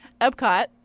Epcot